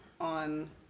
on